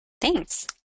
Thanks